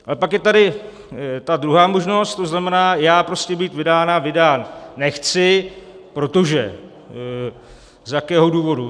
A pak je tady ta druhá možnost, to znamená, já prostě být vydána, vydán nechci, protože z jakého důvodu.